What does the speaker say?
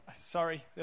Sorry